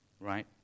right